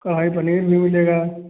कड़ाही पनीर भी मिलेगा